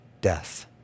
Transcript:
death